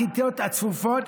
הכיתות הצפופות,